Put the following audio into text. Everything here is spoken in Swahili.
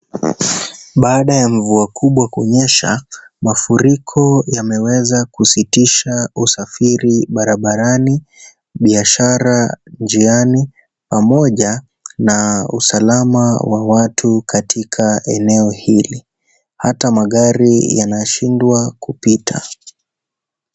Baada ya mvua kubwa kunyesha, mafuriko yameweza kusitishwa usafiri barabarani, biashara njiani, pamoja na usalama wa watu katika eneo hili. Hata magari yanashindwa kupita.